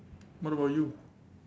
what about you